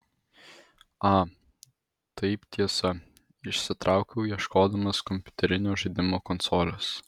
a taip tiesa išsitraukiau ieškodamas kompiuterinio žaidimo konsolės